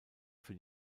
für